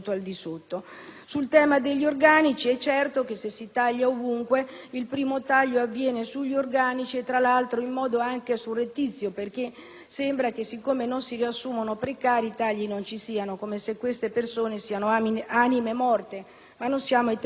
al tema degli organici, è certo che, se si taglia ovunque, il primo taglio riguarda proprio gli organici, tra l'altro in modo anche surrettizio: sembra infatti che, dal momento che non si riassumono precari, i tagli non ci siano, come se queste persone fossero anime morte, ma non siamo ai tempi di Gogol.